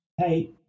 hey